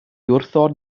wrthon